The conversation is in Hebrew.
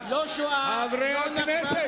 אופיר אקוניס,